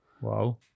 wow